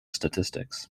statistics